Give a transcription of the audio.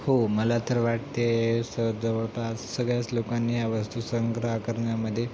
हो मला तर वाटते स जवळपास सगळ्याच लोकांनी या वस्तू संग्रह करण्यामध्ये